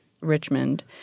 Richmond